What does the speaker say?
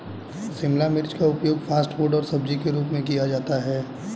शिमला मिर्च का उपयोग फ़ास्ट फ़ूड और सब्जी के रूप में किया जाता है